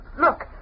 look